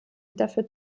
dafür